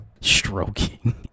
Stroking